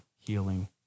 healing